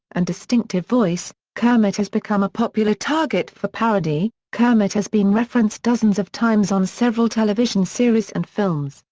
and distinctive voice, kermit has become a popular target for parody kermit has been referenced dozens of times on several television series and films,